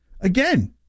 again